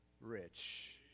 rich